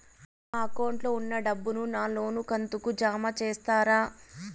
నా అకౌంట్ లో ఉన్న డబ్బును నా లోను కంతు కు జామ చేస్తారా?